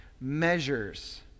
measures